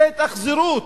זה התאכזרות,